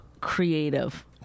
Creative